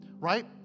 right